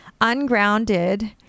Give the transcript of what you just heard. ungrounded